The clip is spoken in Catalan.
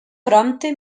prompte